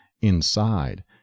inside